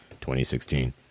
2016